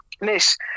Miss